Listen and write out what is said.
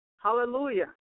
hallelujah